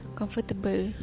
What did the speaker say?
comfortable